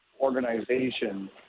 organization